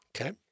Okay